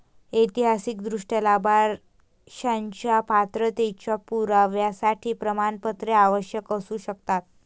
ऐतिहासिकदृष्ट्या, लाभांशाच्या पात्रतेच्या पुराव्यासाठी प्रमाणपत्रे आवश्यक असू शकतात